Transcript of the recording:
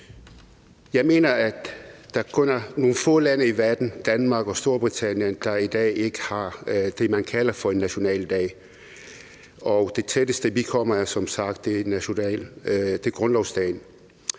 Jeg mener, at der kun er nogle få lande i verden – Danmark og Storbritannien – der i dag ikke har det, man kalder for en nationaldag, og det tætteste, vi kommer, er som sagt grundlovsdag.